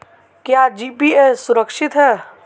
क्या जी.पी.ए सुरक्षित है?